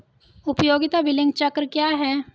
उपयोगिता बिलिंग चक्र क्या है?